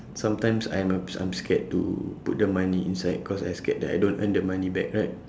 sometimes I'm uh I'm scared to put the money inside cause I scared that I don't earn the money back right